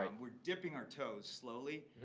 um we're dipping our toes slowly.